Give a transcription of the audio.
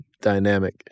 dynamic